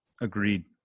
Agreed